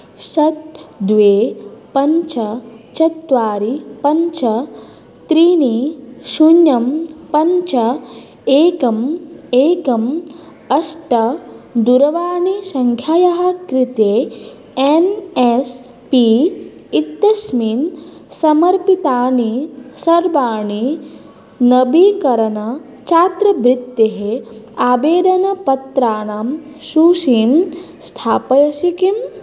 षट् द्वे पञ्च चत्वारि पञ्च त्रीणि शून्यं पञ्च एकम् एकम् अष्ट दूरवाणीसङ्ख्यायाः कृते एन् एस् पी इत्यस्मिन् समर्पितानि सर्वाणि नवीकरणछात्रवृत्तेः आवेदनपत्राणां सूचीं स्थापयसि किम्